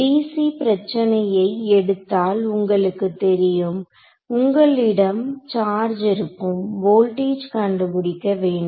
dc பிரச்சனையை எடுத்தால் உங்களுக்கு தெரியும் உங்களிடம் சார்ஜ் இருக்கும் வோல்டேஜ் கண்டுபிடிக்க வேண்டும்